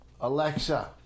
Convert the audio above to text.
Alexa